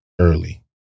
early